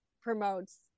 promotes